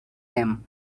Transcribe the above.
them